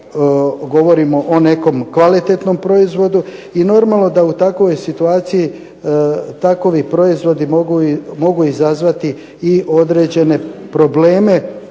govorimo o nekom kvalitetnom proizvodu i normalno da u takvoj situaciji takovi proizvodi mogu izazvati o određene probleme